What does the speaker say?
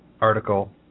article